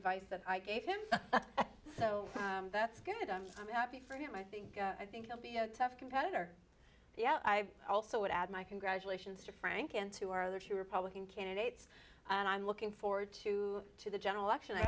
evice that i gave him so that's good i'm happy for him i think i think i'll be a tough competitor yeah i also would add my congratulations to frank and to our other two republican candidates and i'm looking forward to to the general election i